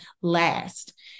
last